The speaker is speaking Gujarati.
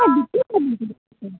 હા ડિપ્લોમામાં પણ મળી જશે